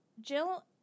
Jill